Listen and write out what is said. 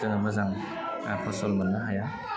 जोङो मोजां फसल मोननो हाया